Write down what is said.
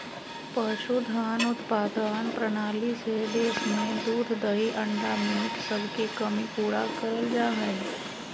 पशुधन उत्पादन प्रणाली से देश में दूध दही अंडा मीट सबके कमी पूरा करल जा हई